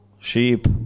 sheep